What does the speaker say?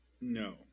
No